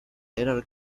later